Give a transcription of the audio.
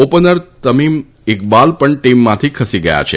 opener Tamim Iqbal પણ ટીમમાંથી ખસી ગયા છે